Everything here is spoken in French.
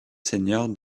seigneurs